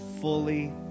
fully